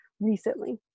recently